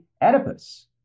Oedipus